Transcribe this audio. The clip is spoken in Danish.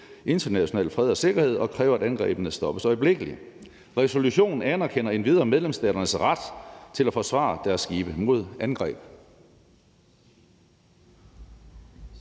international fred og sikkerhed og kræver, at angrebene stoppes øjeblikkeligt. Resolutionen anerkender endvidere medlemsstaternes ret til at forsvare deres skibe mod angreb.